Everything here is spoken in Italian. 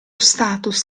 status